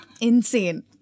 Insane